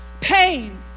Pain